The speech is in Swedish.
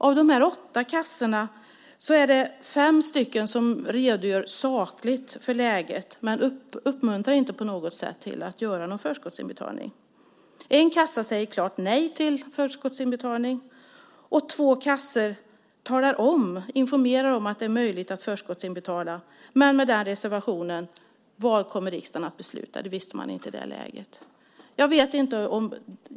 Av de åtta kassorna är det fem som redogör sakligt för läget men inte på något sätt uppmuntrar till att göra någon förskottsinbetalning. En kassa säger klart nej till förskottsinbetalning. Två kassor informerar om att det är möjligt att förskottsinbetala men med reservation för vad riksdagen kommer att besluta. Det visste man inte i det läget.